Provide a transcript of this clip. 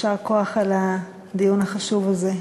יישר כוח על הדיון החשוב הזה.